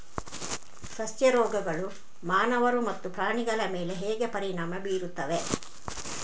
ಸಸ್ಯ ರೋಗಗಳು ಮಾನವರು ಮತ್ತು ಪ್ರಾಣಿಗಳ ಮೇಲೆ ಹೇಗೆ ಪರಿಣಾಮ ಬೀರುತ್ತವೆ